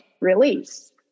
release